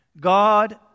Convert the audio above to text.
God